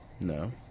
No